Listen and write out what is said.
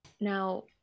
Now